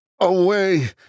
away